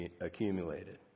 accumulated